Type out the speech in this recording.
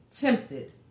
tempted